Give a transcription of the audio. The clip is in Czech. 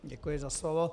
Děkuji za slovo.